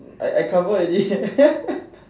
I I cover already